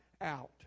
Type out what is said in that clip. out